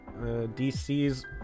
dc's